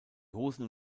hosen